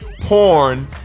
porn